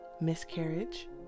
miscarriage